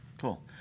Cool